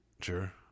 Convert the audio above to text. Sure